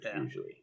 usually